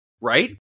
right